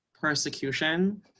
persecution